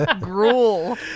Gruel